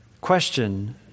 question